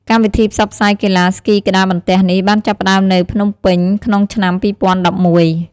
កម្មវិធីផ្សព្វផ្សាយកីឡាស្គីក្ដារបន្ទះនេះបានចាប់ផ្ដើមនៅភ្នំពេញក្នុងឆ្នាំ ២០១១។